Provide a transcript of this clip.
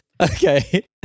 Okay